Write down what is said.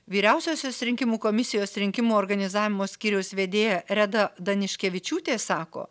vyriausiosios rinkimų komisijos rinkimų organizavimo skyriaus vedėja reda daniškevičiūtė sako